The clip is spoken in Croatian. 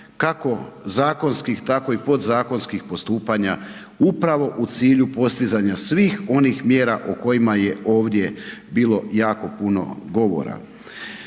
kako zakonskih tako i podzakonskih postupanja upravo u cilju postizanja svih onih mjera o kojima je ovdje bilo jako puno govora.